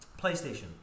PlayStation